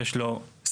יש לו סמכות.